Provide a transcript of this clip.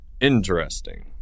Interesting